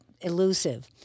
elusive